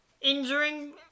injuring